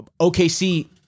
OKC